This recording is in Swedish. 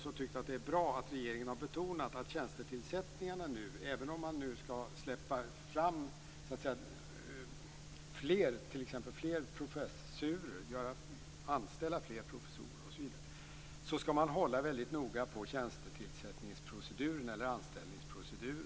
Vi har tyckt att det är bra att regeringen har betonat att man vid tjänstetillsättningarna, även om man nu skall släppa fram fler professurer, anställa fler professorer osv., skall hålla väldigt noga på tjänstetillsättnings eller anställningsproceduren.